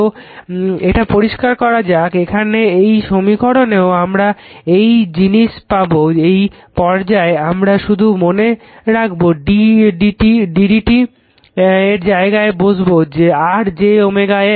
তো এটা পরিষ্কার করা যাক এখানে এই সমীকরণেও আমরা একই জিনিস পাবো এই পর্যায়ে আমরা শুধু মনে রাখবো d dt এর যায়গায় আমরা বসাবো r j